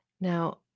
Now